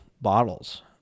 bottles